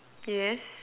yes